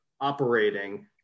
operating